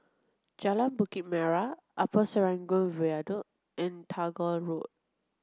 Jalan Bukit Merah Upper Serangoon Viaduct and Tagore Road